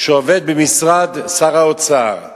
שעובד במשרד שר האוצר,